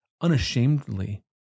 unashamedly